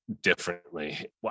differently